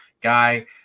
guy